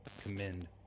commend